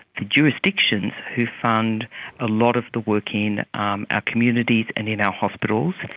the jurisdictions who fund a lot of the work in um our communities and in our hospitals,